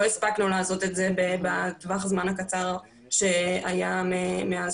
לא הספקנו לעשות את זה בטווח הזמן הקצר שהיה מאז